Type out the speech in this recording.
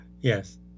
Yes